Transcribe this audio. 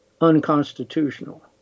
unconstitutional